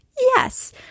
Yes